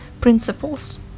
principles